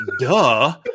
Duh